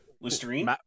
listerine